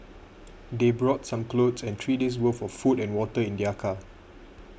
they brought some clothes and three day' worth of food and water in their car